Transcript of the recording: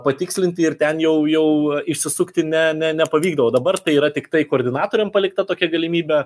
patikslinti ir ten jau jau išsisukti ne ne nepavykdavo dabar tai yra tiktai koordinatoriam palikta tokia galimybė